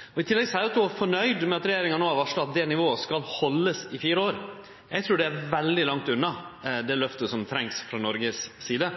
sør. I tillegg seier representanten at ho er fornøgd med at regjeringa no har varsla at dette nivået skal haldast i fire år. Eg trur det er veldig langt unna det løftet som trengst frå Noregs side.